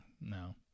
no